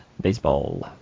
baseball